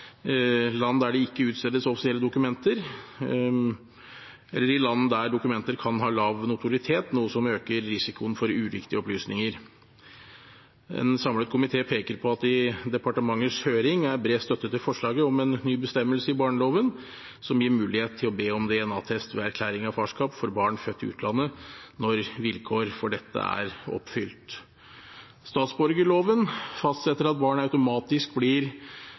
der dokumenter kan ha lav notoritet, noe som øker risikoen for uriktige opplysninger. En samlet komité peker på at det i departementets høring er bred støtte til forslaget om en ny bestemmelse i barneloven, som gir mulighet til å be om DNA-test ved erklæring av farskap for barn født i utlandet når vilkår for dette er oppfylt. Statsborgerloven fastsetter at et barn automatisk blir